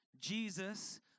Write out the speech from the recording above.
Jesus